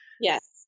Yes